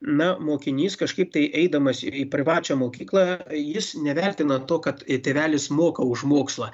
na mokinys kažkaip tai eidamas į privačią mokyklą jis nevertina to kad tėvelis moka už mokslą